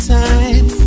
time